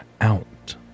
out